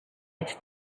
its